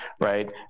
right